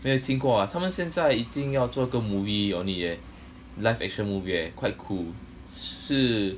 没有听过 ah 他们现在已经要做个 movie on it eh live action movie eh quite cool 是